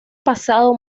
pasado